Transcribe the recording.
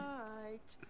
right